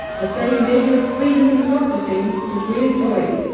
the same measure of freedom and democracy that we enjoy.